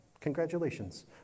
Congratulations